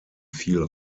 viel